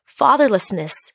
fatherlessness